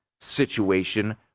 situation